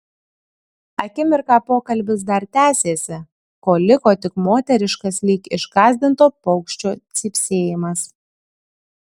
akimirką pokalbis dar tęsėsi kol liko tik moteriškas lyg išgąsdinto paukščio cypsėjimas